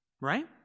right